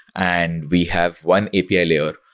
and we have one api ah layer,